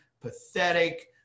pathetic